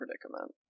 predicament